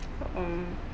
um